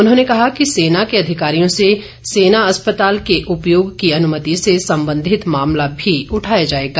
उन्होंने कहा कि सेना के अधिकारियों से सेना अस्पताल के उपयोग की अनमति से संबंधित मामला भी उठाया जाएगा